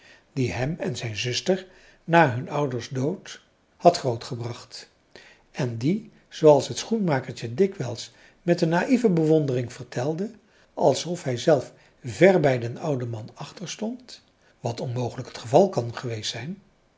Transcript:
die hem en zijn zuster na hun ouders dood had grootgebracht en die zooals het schoenmakertje dikwijls met een naïeve bewondering vertelde alsof hij zelf ver bij den ouden man achterstond wat onmogelijk het geval kan geweest zijn